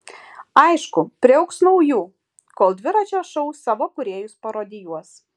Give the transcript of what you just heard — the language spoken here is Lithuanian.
aišku priaugs naujų kol dviračio šou savo kūrėjus parodijuos